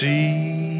See